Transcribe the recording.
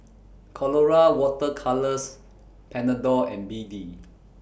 Colora Water Colours Panadol and B D